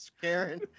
Karen